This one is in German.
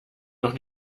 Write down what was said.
noch